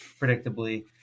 predictably